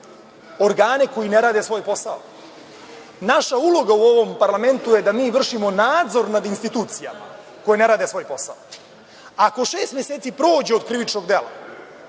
organe koji ne rade svoj posao. Naša uloga u ovom parlamentu je da mi vršimo nadzor nad institucijama koje ne rade svoj posao. Ako šest meseci prođe od krivičnog dela,